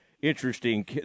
Interesting